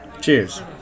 Cheers